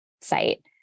site